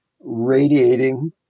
radiating